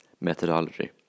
methodology